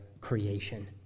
creation